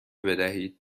بدهید